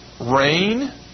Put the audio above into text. Rain